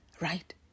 right